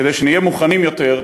כדי שנהיה מוכנים יותר,